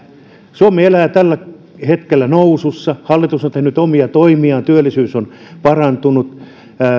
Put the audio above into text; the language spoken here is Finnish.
suomi elää tällä hetkellä nousussa hallitus on tehnyt omia toimiaan työllisyys on parantunut